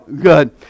Good